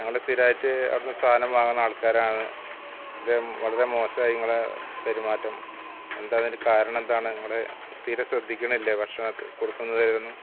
ഞങ്ങൾ സ്ഥിരമായിട്ട് അവിടെ നിന്ന് സാധനം വാങ്ങുന്ന ആൾക്കാരാണ് ഇത് വളരെ മോശമായി നിങ്ങളെ പെരുമാറ്റം എന്താ അതിൻ്റെ കാരണമെന്താണ് നിങ്ങൾ തീരെ ശ്രദ്ധിക്കണില്ല ഭക്ഷണം കൊടുക്കുന്നതിലൊന്നും